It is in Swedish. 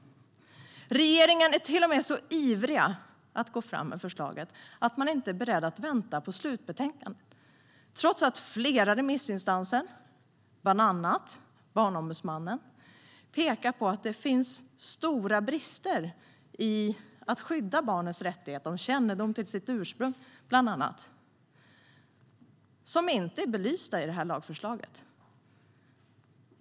Regeringen är till och med så ivrig med att gå fram med förslaget att man inte är beredd att vänta på slutbetänkandet, trots att flera remissinstanser, bland annat Barnombudsmannen, pekar på att det finns stora brister när det gäller att skydda barnens rättigheter i fråga om bland annat kännedom till sitt ursprung, som inte är belysta i detta lagförslag.